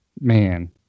man